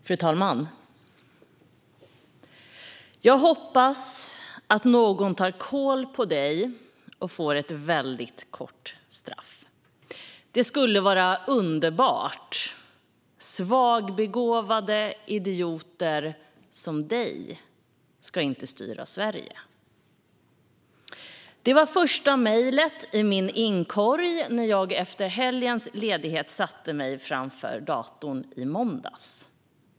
Fru talman! "Jag hoppas att någon tar kål på dig och får ett väldigt kort straff. Det skulle vara underbart. Svagbegåvade idioter som du ska inte styra Sverige." Det var första mejlet i min inkorg när jag efter helgens ledighet satte mig framför datorn i måndags.